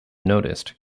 noticed